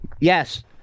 Yes